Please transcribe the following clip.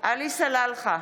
עלי סלאלחה,